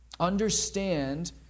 Understand